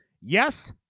Yes